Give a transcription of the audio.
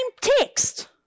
text